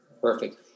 Perfect